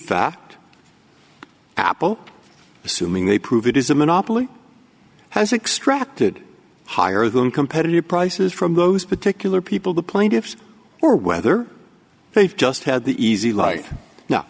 fact apple assuming they prove it is a monopoly has extracted higher than competitive prices from those particular people the plaintiffs or whether they've just had the easy life no